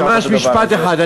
ממש משפט אחד.